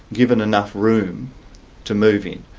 given enough room to move in,